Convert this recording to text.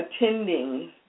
attending